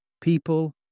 people